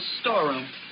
storeroom